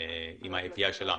עם ה-API שלנו.